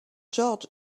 george